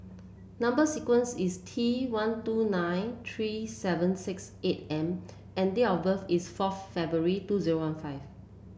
number sequence is T one two nine three seven six eight M and date of birth is forth February two zero one five